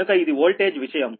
కనుక ఇది వోల్టేజ్ విషయం